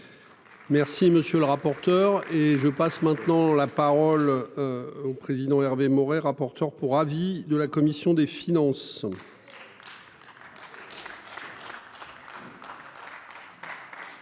Merci monsieur le rapporteur. Et je passe maintenant la parole. Au président Hervé Maurey, rapporteur pour avis de la commission des finances.